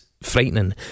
frightening